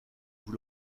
vous